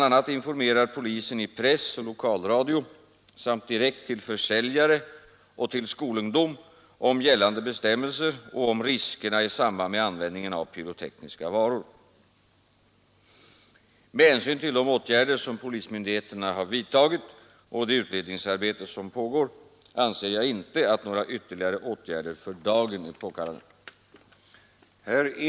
a. informerar polisen i press och lokalradio samt direkt till försäljare och skolungdom om gällande bestämmelser och om riskerna i samband med användningen av pyrotekniska varor. Med hänsyn till de åtgärder som polismyndigheterna vidtagit och det pågående utredningsarbetet anser jag inte att några ytterligare åtgärder för dagen är påkallade.